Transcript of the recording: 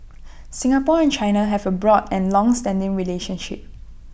Singapore and China have A broad and longstanding relationship